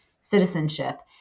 citizenship